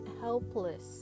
helpless